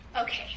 Okay